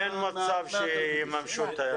אין מצב שיממשו את היעד הזה.